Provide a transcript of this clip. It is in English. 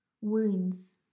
wounds